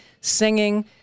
singing